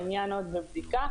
כרגע העניין עוד בבדיקה,